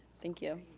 thank you.